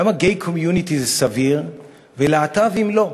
למה gay community זה סביר ולהט"בים לא?